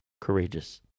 courageous